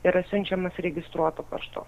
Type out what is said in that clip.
yra siunčiamas registruotu paštu